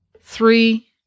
Three